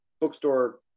bookstore